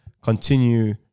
continue